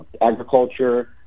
agriculture